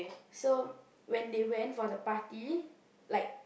so when they went for the party like